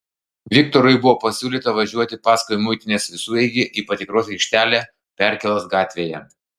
viktorui buvo pasiūlyta važiuoti paskui muitinės visureigį į patikros aikštelę perkėlos gatvėje